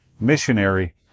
missionary